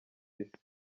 isi